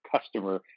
customer